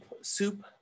Soup